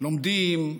לומדים,